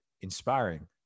inspiring